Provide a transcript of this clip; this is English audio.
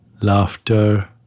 laughter